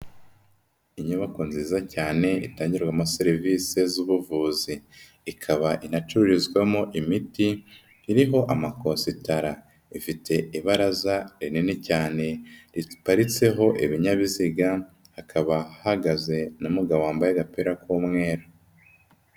Inyubako nziza cyane itangirwamo serivise z'ubuvuzi, ikaba inacururizwamo imiti, iriho amakositara, ifite ibaraza rinini cyane riparitseho ibinyabiziga, hakaba hahagaze n'umugabo wambaye agapira k'umweru.